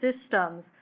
systems